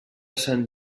sant